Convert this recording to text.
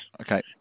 Okay